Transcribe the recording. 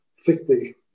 thickly